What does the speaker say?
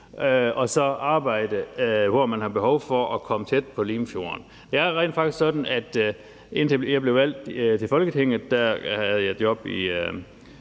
og så arbejde, hvor man har behov for at komme tæt på Limfjorden. Det er rent faktisk sådan, at indtil jeg blev valgt til Folketinget, havde jeg job